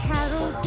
Carol